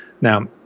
Now